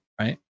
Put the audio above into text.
right